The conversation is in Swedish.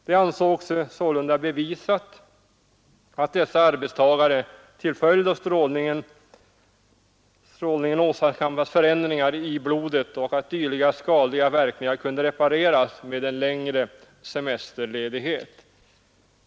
Det ansågs sålunda bevisat att dessa arbetstagare till följd av strålnigen åsamkades förändringar i blodet och att dylika skadliga verkningar kunde repareras med en längre semesterledighet.